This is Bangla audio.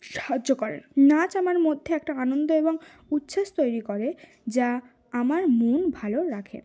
সাহায্য করে নাচ আমার মধ্যে একটা আনন্দ এবং উচ্ছ্বাস তৈরি করে যা আমার মন ভালো রাখে